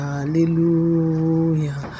Hallelujah